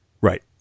Right